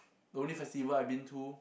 the only festival I've been to